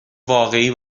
واقعی